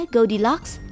Goldilocks